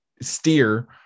steer